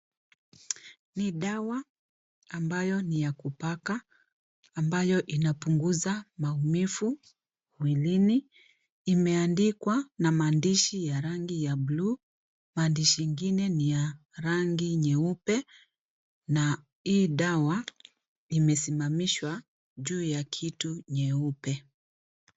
Ni dawa ambayo ni ya kupaka, ambayo inapunguza maumivu mwilini imeandikwa na maandishi ya rangi ya bluu, maandishi ingine ni ya rangi nyeupe na hii dawa imesimamishwa juu ya kitu nyeupe.